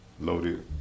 loaded